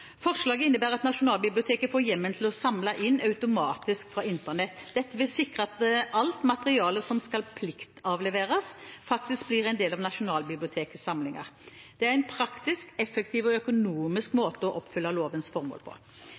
Forslaget innebærer at Nasjonalbiblioteket får hjemmel til å samle inn automatisk fra Internett. Dette vil sikre at alt materiale som skal pliktavleveres, faktisk blir en del av Nasjonalbibliotekets samlinger. Det er en praktisk, effektiv og økonomisk måte å oppfylle lovens formål på.